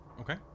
Okay